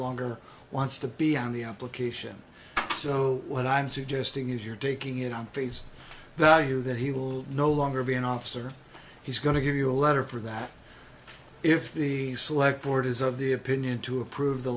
longer wants to be on the application so what i'm suggesting is you're taking it on face value that he will no longer be an officer he's going to give you a letter for that if the select board is of the opinion to approve the